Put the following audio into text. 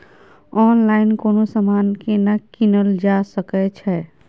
Online कोनो समान केना कीनल जा सकै छै?